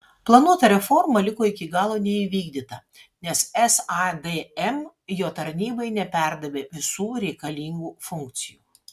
planuota reforma liko iki galo neįvykdyta nes sadm jo tarnybai neperdavė visų reikalingų funkcijų